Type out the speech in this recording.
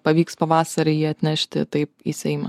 pavyks pavasarį jį atnešti taip į seimą